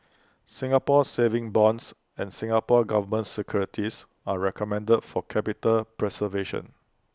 Singapore savings bonds and Singapore Government securities are recommended for capital preservation